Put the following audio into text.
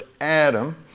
Adam